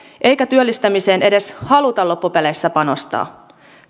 eikä työllistämiseen edes haluta loppupeleissä panostaa